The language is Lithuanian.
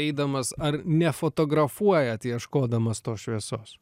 eidamas ar nefotografuojat ieškodamas tos šviesos